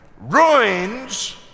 ruins